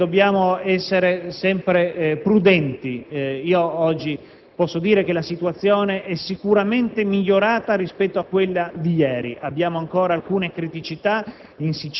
dobbiamo essere sempre prudenti. Oggi posso dire che la situazione è sicuramente migliorata rispetto a quella di ieri. Abbiamo ancora alcune criticità